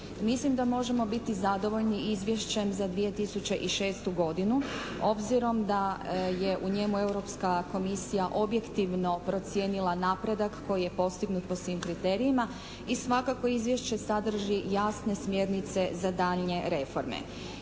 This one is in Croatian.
Mislim da možemo biti zadovoljni izvješćem za 2006. godinu obzirom da je u njemu Europska komisija objektivno procijenila napredak koji je postignut po svim kriterijima i svakako izvješće sadrži jasne smjernice za daljnje reforme.